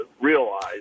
realize